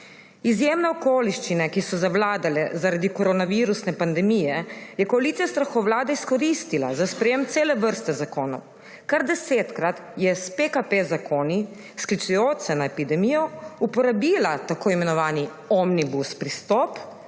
Izjemne okoliščine, ki so zavladale zaradi koronavirusne pandemije, je koalicija strahovlade izkoristila za sprejetje cele vrste zakonov. Kar 10-krat je z zakoni PKP, sklicujoč se na epidemijo, uporabila tako imenovani omnibus pristop